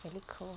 very cold